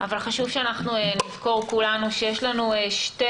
אבל חשוב שנזכור כולנו שיש לנו שתי